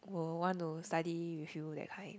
will want to study with you that kind